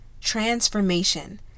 transformation